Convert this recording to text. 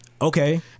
Okay